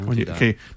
Okay